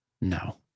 No